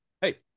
hey